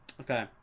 Okay